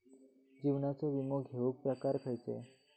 जीवनाचो विमो घेऊक प्रकार खैचे?